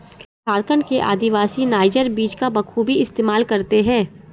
झारखंड के आदिवासी नाइजर बीज का बखूबी इस्तेमाल करते हैं